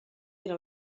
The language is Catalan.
era